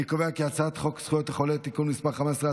אני קובע כי הצעת חוק זכויות החולה (תיקון מס' 15),